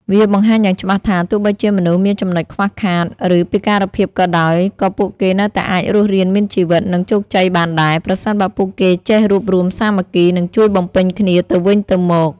វាបង្ហាញយ៉ាងច្បាស់ថា ទោះបីជាមនុស្សមានចំណុចខ្វះខាត ឬពិការភាពក៏ដោយ ក៏ពួកគេនៅតែអាចរស់រានមានជីវិត និងជោគជ័យបានដែរ ប្រសិនបើពួកគេចេះរួបរួមសាមគ្គី និងជួយបំពេញគ្នាទៅវិញទៅមក។ ។